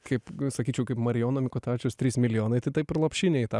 kaip sakyčiau kaip marijono mikutavičiaus trys milijonai tai taip ir lopšinė į tą